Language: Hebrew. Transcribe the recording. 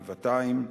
גבעתיים,